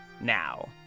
Now